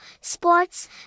sports